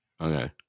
okay